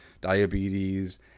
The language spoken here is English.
diabetes